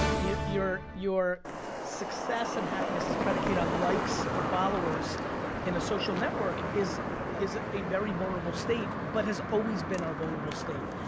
your your success and happiness is predicated on likes or followers in a social network is is a very vulnerable state but has always been our vulnerable state.